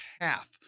half